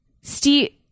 steve